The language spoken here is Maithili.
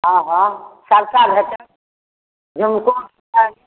हँ हँ सभटा भेटत झुमको भेटत